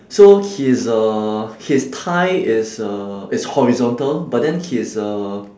so he's uh his thigh is uh is horizontal but then his uh